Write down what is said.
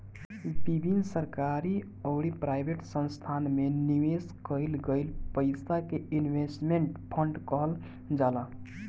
विभिन्न सरकारी अउरी प्राइवेट संस्थासन में निवेश कईल गईल पईसा के इन्वेस्टमेंट फंड कहल जाला